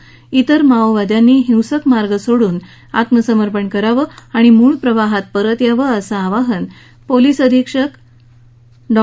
ब्रिर माओवाद्यांनी हिंसक मार्ग सोडून आत्मसमर्पण करावं आणि मूळ प्रवाहात परत यावं असं आवाहन पोलीस अधिक्षक सो डॉ